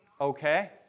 okay